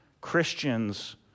Christians